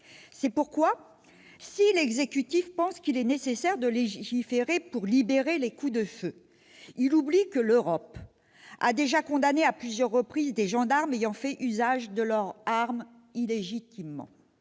C'est pourquoi si l'exécutif pense qu'il est nécessaire de légiférer pour libérer les coups de feu, il oublie que l'Europe a déjà condamné à plusieurs reprises des gendarmes ayant fait usage de leur arme « illégitimement